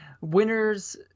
winners –